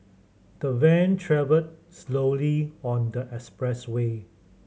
the van travelled slowly on the expressway